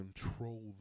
control